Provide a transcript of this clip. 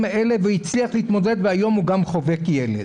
האלה והצליח להתמודד והיום הוא גם חובק ילד.